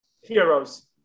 Heroes